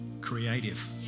creative